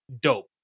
dope